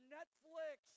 Netflix